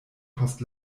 post